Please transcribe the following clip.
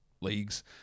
leagues